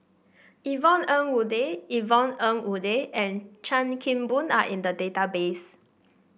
Yvonne Ng Uhde Yvonne Ng Uhde and Chan Kim Boon are in the database